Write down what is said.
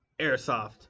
Airsoft